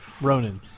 Ronan